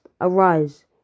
Arise